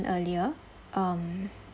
earlier um